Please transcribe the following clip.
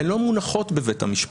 הן לא מונחות בבית המשפט.